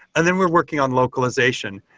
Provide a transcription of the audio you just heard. and then we're working on localization.